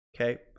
Okay